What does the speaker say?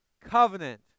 covenant